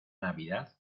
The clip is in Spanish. navidad